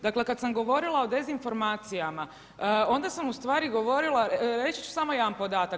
Dakle, kad sam govorila o dezinformacijama, onda sam ustvari govorila, reći ću samo jedan podatak.